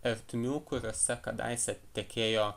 ertmių kuriose kadaise tekėjo